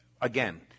Again